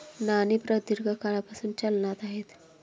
नाणी प्रदीर्घ काळापासून चलनात आहेत